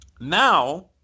Now